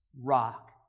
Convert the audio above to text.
rock